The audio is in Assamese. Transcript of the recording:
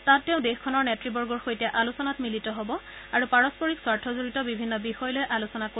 তাত তেওঁ দেশখনৰ নেতবৰ্গৰ সৈতে আলোচনাত মিলিত হ'ব আৰু পাৰস্পৰিক স্বাৰ্থজড়িত বিভিন্ন বিষয় লৈ আলোচনা কৰিব